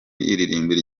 irimbi